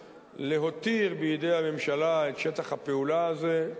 להותיר בידי הממשלה את שטח הפעולה הזה.